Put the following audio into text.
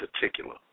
particular